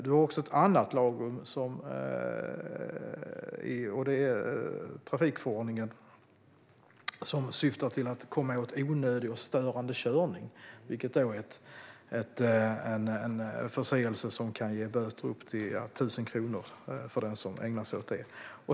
Du har också ett annat lagrum i trafikförordningen som syftar till att komma åt onödig och störande körning. Det är en förseelse som kan ge böter på upp till 1 000 kronor för den som ägnar sig åt det.